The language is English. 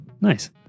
nice